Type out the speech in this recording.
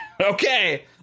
Okay